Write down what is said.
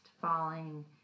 falling